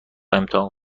امتحان